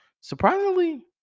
Surprisingly